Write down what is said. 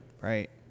Right